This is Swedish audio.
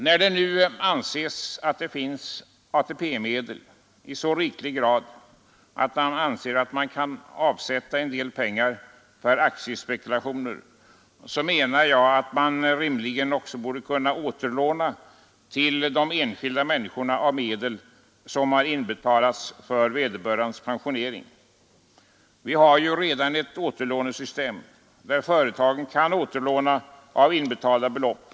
När det nu anses att det finns ATP-medel i så riklig grad att man anser att det kan avsättas en del pengar för aktiespekulationer, så menar jag att man rimligen också borde kunna återlåna till den enskilda människan av Nr 99 de medel som inbetalts för vederbörandes pensionering. Vi har ju redan Torsdagen den ett återlånesystem där företagen kan återlåna av inbetalda belopp.